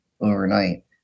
overnight